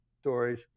stories